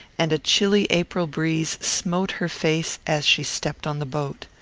and a chilly april breeze smote her face as she stepped on the boat.